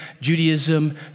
Judaism